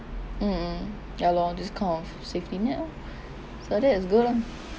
mm ya lor this kind of safety net oh so that is good lah